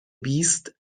بیست